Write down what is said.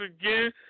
again